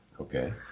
Okay